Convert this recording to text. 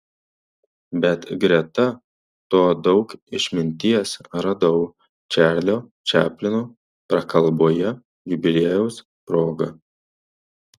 bet greta to daug išminties radau čarlio čaplino prakalboje jubiliejaus proga